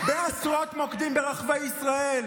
בעשרות מוקדים ברחבי ישראל,